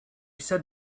said